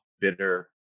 bitter